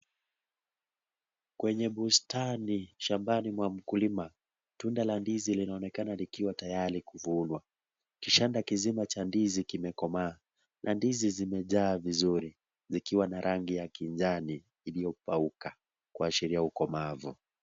Kwenye bustani shambani mwa mkulima, tunda la ndizi linaonekana tayari kuvunwa kishanda kizima cha ndizi imekomaa na ndizi zimejaa vizuri zikiwa na rangi ya kijani iliyopauka kuashiria ukomavu.